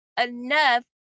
enough